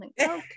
okay